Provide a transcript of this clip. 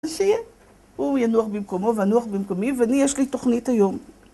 שיהיה. הוא ינוח במקומו ואנוח במקומי, ואני יש לי תוכנית היום